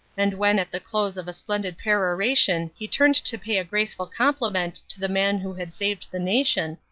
and when at the close of a splendid peroration he turned to pay a graceful compliment to the man who had saved the nation,